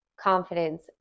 confidence